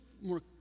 more